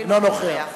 אינו נוכח